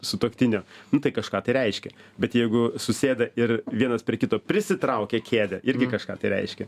sutuoktinio nu tai kažką tai reiškia bet jeigu susėda ir vienas prie kito prisitraukia kėdę irgi kažką reiškia